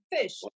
fish